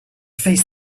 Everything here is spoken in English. face